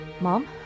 Mom